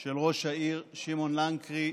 של ראש העיר שמעון לנקרי,